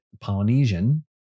Polynesian